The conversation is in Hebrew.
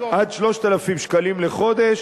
עד 3,000 שקלים לחודש.